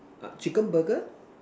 uh chicken Burger